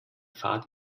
fahrt